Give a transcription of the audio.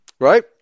Right